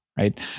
right